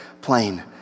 plain